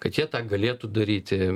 kad jie tą galėtų daryti